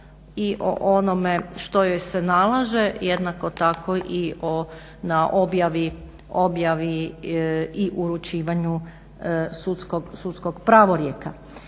i o onome što joj se nalaže jednako tako i na objavi i uručivanju sudskog pravorijeka.